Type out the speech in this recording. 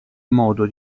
modo